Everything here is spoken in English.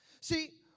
See